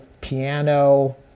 piano